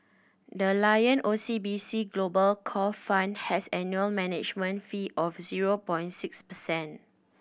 the Lion O C B C Global Core Fund has an annual management fee of zero point six percent